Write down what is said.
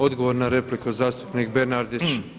Odgovor na repliku zastupnik Bernardić.